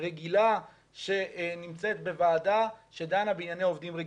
רגילה שנמצאת בוועדה שדנה בענייני עובדים רגילים.